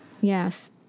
Yes